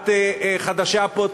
את חדשה פה,